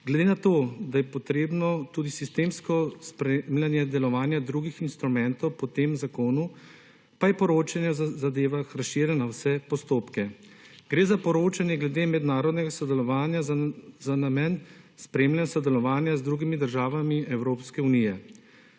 Glede na to, da je potrebno tudi sistemsko spremljanje delovanja tudi drugih instrumentov po tem zakonu, pa je poročanje o zadevah razširja na vse postopke. Gre za poročanje glede mednarodnega sodelovanja za namen spremljanja sodelovanja z drugimi državami Evropske unije.